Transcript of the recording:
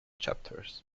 chapters